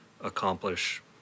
accomplish